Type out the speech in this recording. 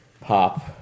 Pop